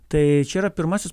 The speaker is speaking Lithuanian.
tai čia yra pirmasis